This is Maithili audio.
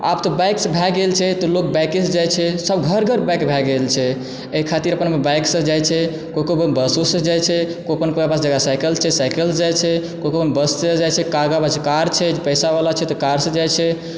आब तऽ बाइकस भै गेल छै तऽ लोग बाइकेसँ जाइत छै सभ घर घर बाइक भै गेल छै एहि खातिर अपन अपन बाइकसँ जाइत छै केओ केओ अपन बसोसँ जाइत छै ओ अपन जकरा सायकल छै सायकिलसँ जाइत छै केओ अपन बससँ जाइत छै कारबला जकरा लग कार छै पैसाबला छै तऽ कारसँ जाइत छै